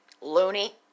loony